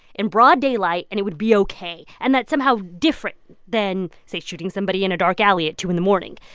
in broad daylight, and it would be ok. and that's somehow different than, say, shooting somebody in a dark alley at two zero in the morning.